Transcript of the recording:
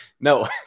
no